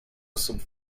osób